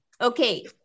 Okay